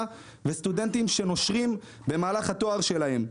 וסטודנטים שנושרים במהלך התואר שלהם.